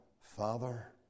Father